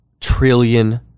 trillion